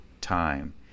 time